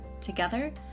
Together